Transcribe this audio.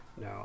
No